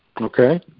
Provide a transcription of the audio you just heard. Okay